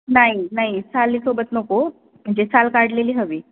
नाही नाही सालीसोबत नको म्हणजे साल काढलेली हवी